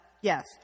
yes